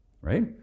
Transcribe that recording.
right